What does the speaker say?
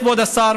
כבוד השר,